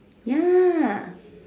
ya